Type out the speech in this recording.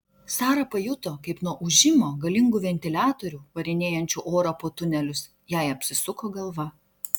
sara pajuto kaip nuo ūžimo galingų ventiliatorių varinėjančių orą po tunelius jai apsisuko galva